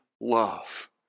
love